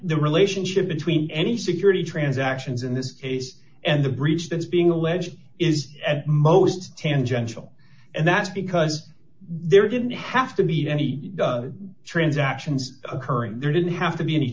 the relationship between any security transactions in this case and the breach that's being alleged is at most tangential and that's because there didn't have to be any transactions occurring there didn't have to be any